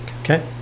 okay